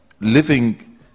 living